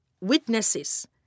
witnesses